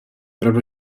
pravda